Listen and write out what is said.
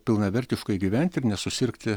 pilnavertiškai gyventi ir nesusirgti